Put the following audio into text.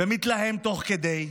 מתלהם תוך כדי.